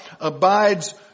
abides